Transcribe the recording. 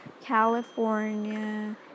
California